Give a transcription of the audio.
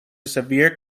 severe